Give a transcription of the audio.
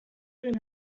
دارین